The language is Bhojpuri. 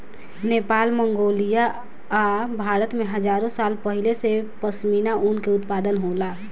नेपाल, मंगोलिया आ भारत में हजारो साल पहिले से पश्मीना ऊन के उत्पादन होला